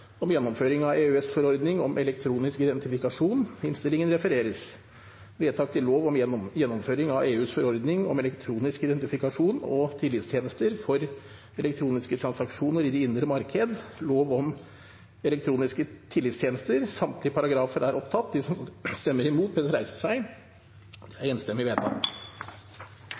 om innlemmelse i EØS-avtalen av EUs forordning 910/2014 om elektronisk identifikasjon og tillitstjenester for elektroniske transaksjoner på det indre marked, og lov om gjennomføring av EUs forordning om elektronisk identifikasjon og tillitstjenester for elektroniske transaksjoner i det indre marked, lov om elektroniske tillitstjenester.